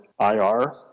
IR